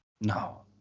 No